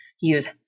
use